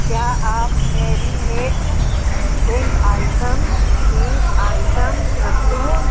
क्या आप marinade drink items cheese items रखते हैं